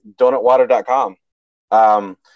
DonutWater.com